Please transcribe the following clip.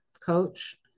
coach